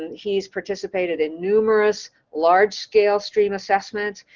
he's participated in numerous large-scale stream assessments,